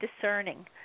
discerning